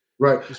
Right